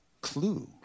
clue